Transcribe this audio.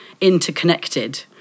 interconnected